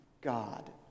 God